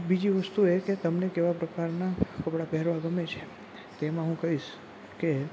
બીજી વસ્તુ એ કે તમને કેવાં પ્રકારનાં વસ્ત્રો પહેરવા ગમે છે તેમાં હું કહીશ કે